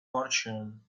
portion